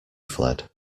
fled